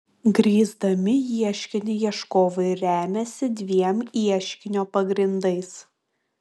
grįsdami ieškinį ieškovai remiasi dviem ieškinio pagrindais